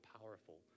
powerful